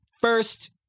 first